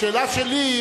השאלה שלי,